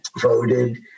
voted